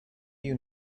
you